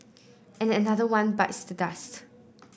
and another one bites the dust